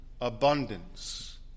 abundance